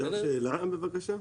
אפשר שאלה, בבקשה?